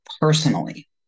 personally